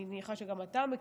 אני מניחה שגם אתה מכיר,